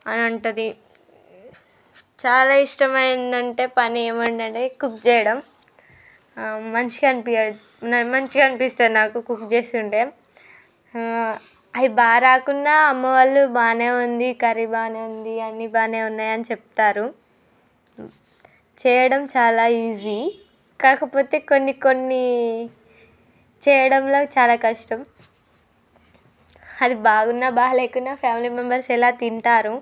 అని ఉంటది చాలా ఇష్టమైంది అంటే పని ఏమి ఉందంటే కుక్ చేయడం మంచిగా అనిపి మంచిగా అనిపిస్తుంది నాకు కుక్ చేస్తుంటే అది బాగా రాకున్నా అమ్మవాళ్ళు బాగానే ఉంది కర్రీ బాగానే ఉంది అన్ని బాగానే ఉన్నాయి అని చెప్తారు చేయడం చాలా ఈజీ కాకపోతే కొన్ని కొన్ని చేయడంలో చాలా కష్టం అది బాగున్నా బాగోలేకున్నా ఫ్యామిలీ మెంబర్స్ ఎలా తింటారు